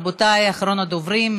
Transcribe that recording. רבותי, אחרון הדוברים.